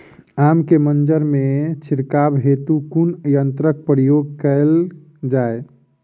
आम केँ मंजर मे छिड़काव हेतु कुन यंत्रक प्रयोग कैल जाय?